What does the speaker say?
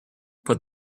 put